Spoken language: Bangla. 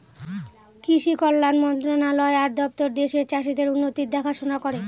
কৃষি কল্যাণ মন্ত্রণালয় আর দপ্তর দেশের চাষীদের উন্নতির দেখাশোনা করে